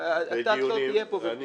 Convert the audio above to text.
אבל אתה כבר לא תהיה פה.